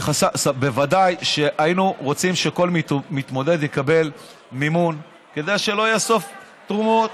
ודאי שהיינו רוצים שכול מתמודד יקבל מימון כדי שלא יאסוף תרומות.